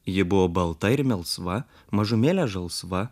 ji buvo balta ir melsva mažumėlę žalsva